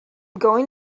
going